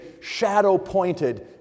shadow-pointed